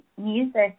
music